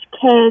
kids